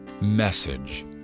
message